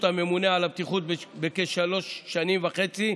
הממונה על הבטיחות בכשלוש שנים וחצי,